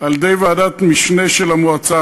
על-ידי ועדת משנה של המועצה.